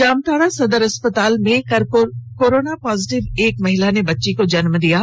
जामताड़ा सदर अस्पताल में कल कोरोना पॉजिटिव एक महिला ने बच्ची को जन्म दिया है